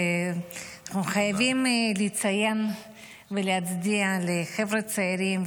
ואנחנו חייבים לציין ולהצדיע לחבר'ה צעירים.